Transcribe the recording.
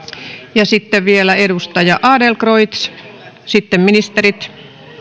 sitten vielä edustaja adlercreutz sitten ministerit